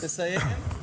טוב, תסיים.